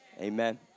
Amen